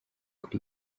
kuri